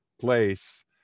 place